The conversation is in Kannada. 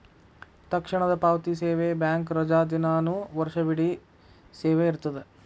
ತಕ್ಷಣದ ಪಾವತಿ ಸೇವೆ ಬ್ಯಾಂಕ್ ರಜಾದಿನಾನು ವರ್ಷವಿಡೇ ಸೇವೆ ಇರ್ತದ